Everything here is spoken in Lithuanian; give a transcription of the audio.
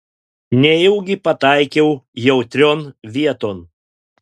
nejaugi pataikiau jautrion vieton